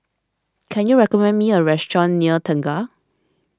can you recommend me a restaurant near Tengah